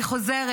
אני חוזרת,